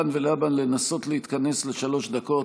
אני מבקש מכאן ולהבא לנסות להתכנס לשלוש דקות.